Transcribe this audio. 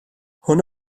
hwn